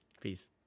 Peace